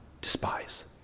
despise